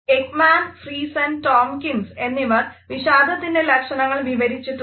Ekman Friesen Tomkins എന്നിവർ വിഷാദത്തിന്റെ ലക്ഷണങ്ങൾ വിവരിച്ചിട്ടുണ്ട്